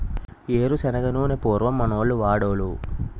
ఏరు శనగ నూనె పూర్వం మనోళ్లు వాడోలు